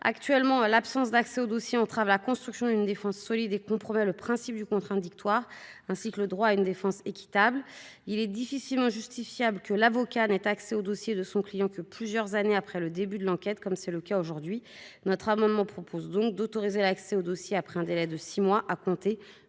Actuellement, l'absence d'accès au dossier entrave la construction d'une défense solide et compromet le principe du contradictoire, ainsi que le droit à une défense équitable. Il est difficilement justifiable que l'avocat n'ait accès au dossier de son client que plusieurs années après le début de l'enquête, comme c'est le cas aujourd'hui. Notre amendement a donc pour objet d'autoriser l'accès au dossier après un délai de six mois à compter